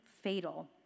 fatal